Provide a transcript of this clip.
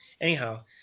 Anyhow